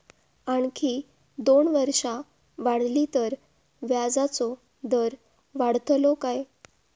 आणखी दोन वर्षा वाढली तर व्याजाचो दर वाढतलो काय?